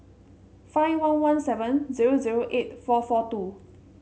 five one one seven zero zero eight four four two